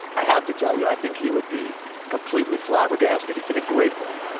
i have to tell you, i think he would be completely flabbergasted. in a great way,